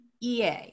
EA